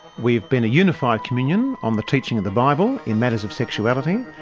we've been a unified communion on the teaching of the bible in matters of sexuality,